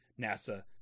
NASA